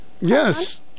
Yes